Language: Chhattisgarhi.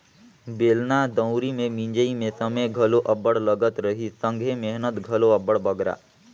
बेलना दउंरी मे मिंजई मे समे घलो अब्बड़ लगत रहिस संघे मेहनत घलो अब्बड़ बगरा